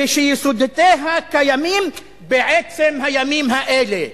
ושיסודותיה קיימים בעצם הימים האלה.